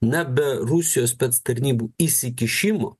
na be rusijos tarnybų įsikišimo